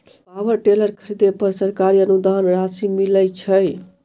Power tiller खरीदे पर सरकारी अनुदान राशि मिलय छैय?